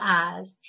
eyes